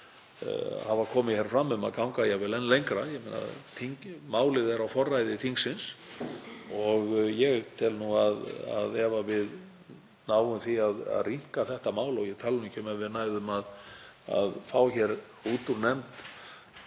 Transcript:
hafa komið hér fram með um að ganga jafnvel enn lengra. Málið er á forræði þingsins og ég tel að ef við náum því að rýmka þetta mál, ég tala nú ekki um ef við næðum að fá frumvarp